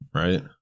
right